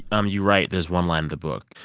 um you write there's one line in the book.